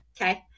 Okay